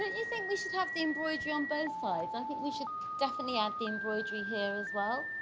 you think we should have the embroidery on both sides? i think we should definitely add the embroidery here as well.